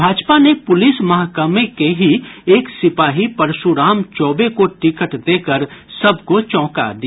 भाजपा ने पुलिस महकमे के ही एक सिपाही परशुराम चौबे को ँटिकट देकर सबको चौका दिया